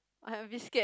I a bit scared